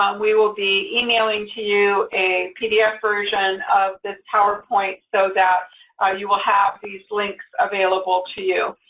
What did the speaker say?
um we will be emailing to you a pdf version of this powerpoint so that ah you will have these links available to you.